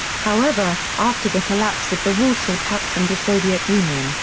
however, after the collapse of the warsaw pact and the soviet union,